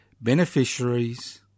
beneficiaries